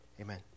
Amen